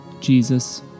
Jesus